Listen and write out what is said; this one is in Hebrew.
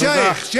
משייח' תודה.